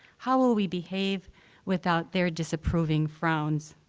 how will we behave without their disapproving frowns,